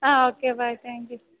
uh okay bye thank you